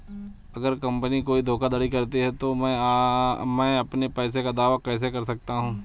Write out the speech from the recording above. अगर कंपनी कोई धोखाधड़ी करती है तो मैं अपने पैसे का दावा कैसे कर सकता हूं?